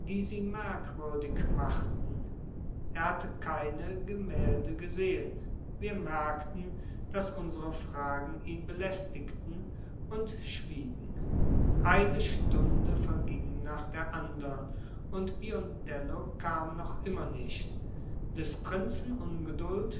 sie merkwürdig machten er hatte keine gemälde gesehen wir merkten daß unsere fragen ihn belästigten und schwiegen eine stunde verging nach der andern und biondello kam noch immer nicht des prinzen ungeduld